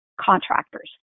Contractors